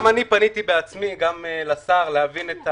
גם אני פניתי בעצמי, גם לשר, כדי להבין.